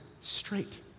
straight